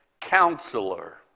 counselor